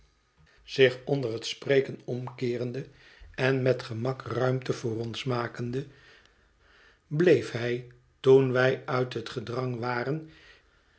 zich onder het spreken omkeerende en met gemak ruimte voor ons makende bleef hij toen wij uit het gedrang waren